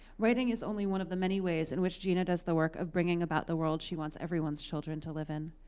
writing is only one of the many ways in which gina does the work of bringing about the world she wants everyone's children to live in.